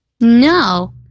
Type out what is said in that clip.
No